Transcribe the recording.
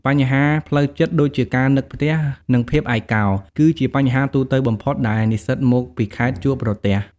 បញ្ហាផ្លូវចិត្តដូចជាការនឹកផ្ទះ និងភាពឯកោ គឺជាបញ្ហាទូទៅបំផុតដែលនិស្សិតមកពីខេត្តជួបប្រទះ។